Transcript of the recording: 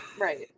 Right